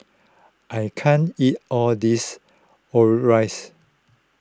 I can't eat all this Omurice